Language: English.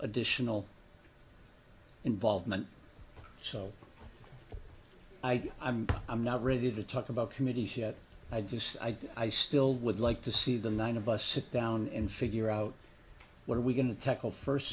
additional involvement so i i'm i'm not ready to talk about committees yet i just i still would like to see the nine of us sit down and figure out what are we going to tackle first